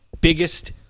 biggest